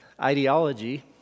ideology